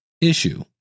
issue